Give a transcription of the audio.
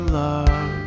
love